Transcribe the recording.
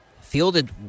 fielded